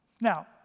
Now